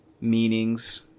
meanings